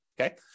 Okay